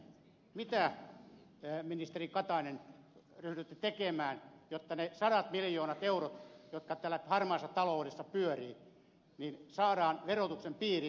mitä ministeri katainen ryhdytte tekemään jotta ne sadat miljoonat eurot jotka täällä harmaassa taloudessa pyörivät saadaan verotuksen piiriin